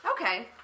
Okay